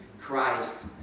Christ